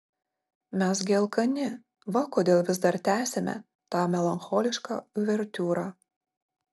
mes gi alkani va kodėl vis dar tęsiame tą melancholišką uvertiūrą